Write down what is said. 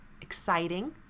exciting